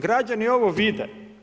Građani ovo vide.